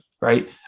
right